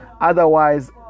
Otherwise